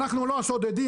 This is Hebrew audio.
אנחנו לא השודדים,